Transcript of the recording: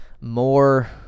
More